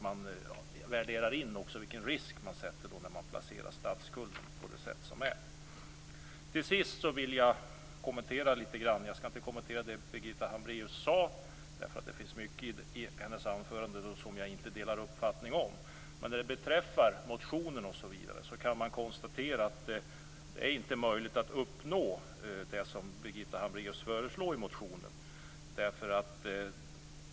Man värderar alltså också in vilken risk man sätter när man placerar statsskulden på det sätt som man gör. Till sist vill jag kommentera litet grand annat. Jag skall inte kommentera det som Birgitta Hambraeus sade, för det finns mycket i hennes anförande som jag inte delar hennes uppfattning om. Vad beträffar motionen kan man konstatera att det inte är möjligt att uppnå det som Birgitta Hambraeus föreslår.